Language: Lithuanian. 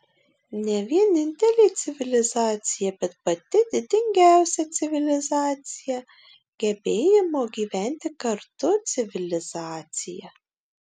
ne vienintelė civilizacija bet pati didingiausia civilizacija gebėjimo gyventi kartu civilizacija